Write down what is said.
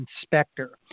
inspector